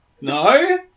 No